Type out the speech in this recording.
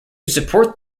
support